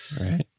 right